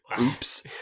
Oops